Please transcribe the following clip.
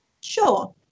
sure